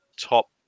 top